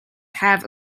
have